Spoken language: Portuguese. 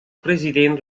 presidente